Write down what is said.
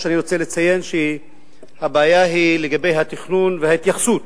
אני רוצה לציין שהבעיה היא לגבי התכנון וההתייחסות